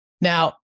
Now